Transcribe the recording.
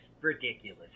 ridiculous